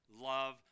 Love